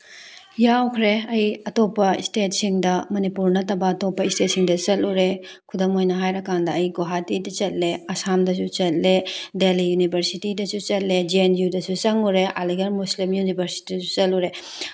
ꯌꯥꯎꯈ꯭ꯔꯦ ꯑꯩ ꯑꯇꯣꯞꯄ ꯏꯁꯇꯦꯠꯁꯤꯡꯗ ꯃꯅꯤꯄꯨꯔ ꯅꯠꯇꯕ ꯑꯇꯣꯞꯄ ꯏꯁꯇꯦꯠꯁꯤꯡꯗ ꯆꯠꯂꯨꯔꯦ ꯈꯨꯗꯝ ꯑꯣꯏꯅ ꯍꯥꯏꯔꯀꯟꯗ ꯑꯩ ꯒꯨꯋꯥꯍꯥꯇꯤꯗ ꯆꯠꯂꯦ ꯑꯁꯥꯝꯗꯁꯨ ꯆꯠꯂꯦ ꯗꯦꯜꯍꯤ ꯌꯨꯅꯤꯚꯔꯁꯤꯇꯤꯗꯁꯨ ꯆꯠꯂꯦ ꯖꯦ ꯑꯦꯟ ꯌꯨ ꯗꯁꯨ ꯆꯪꯎꯔꯤ ꯑꯦꯂꯤꯒꯥꯔꯗ ꯃꯨꯁꯂꯤꯝ ꯌꯨꯅꯤꯚꯔꯁꯤꯇꯤꯗꯁꯨ ꯆꯪꯂꯨꯔꯦ